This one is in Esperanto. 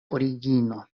origino